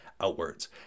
outwards